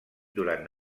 durant